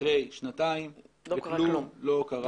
אחרי שנתיים וכלום לא קרה.